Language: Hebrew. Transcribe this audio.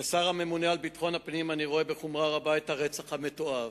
כשר הממונה על ביטחון הפנים אני רואה בחומרה רבה את הרצח המתועב.